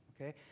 okay